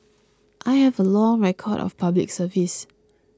I have a long record of Public Service